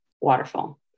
waterfall